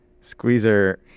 Squeezer